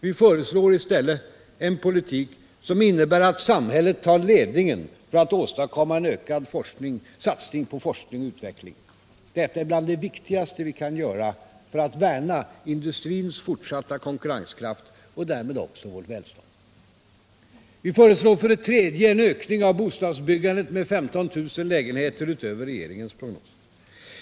Vi föreslår i stället en politik som innebär att samhället tar ledningen för att åstadkomma en ökad satsning på forskning och utveckling. Detta är bland det viktigaste vi kan göra för att värna industrins fortsatta konkurrenskraft och därmed också vårt välstånd. Vi föreslår, för det tredje, en ökning av bostadsbyggandet med 15 000 lägenheter utöver regeringens prognos.